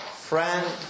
Friend